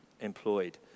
employed